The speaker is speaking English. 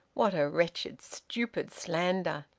what a wretched, stupid slander!